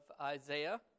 Isaiah